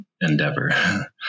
endeavor